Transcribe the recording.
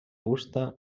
fusta